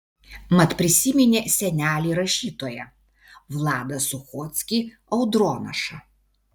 mat prisiminė senelį rašytoją vladą suchockį audronašą